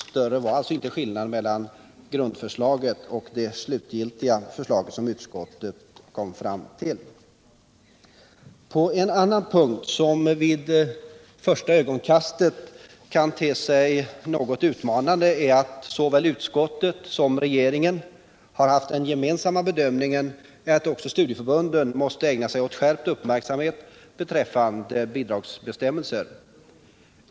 Större var således inte skillnaden mellan grundförslaget och det förslag som utskottet slutgiltigt fastnade för. En annan punkt, som kanske vid första ögonkastet kan te sig utmanande, är att såväl utskottet som regeringen gjort bedömningen att också studieförbunden måste ägna skärpt uppmärksamhet åt bidragsbestämmelserna.